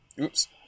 oops